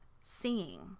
seeing